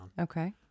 Okay